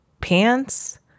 pants